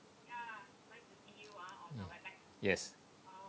yes